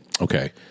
okay